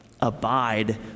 Abide